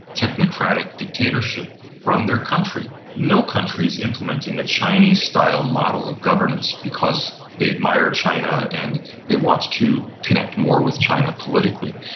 technocratic dictatorship run their country. no country is implementing a chinese style model of governance because they admired china and they want to connect more with china politically.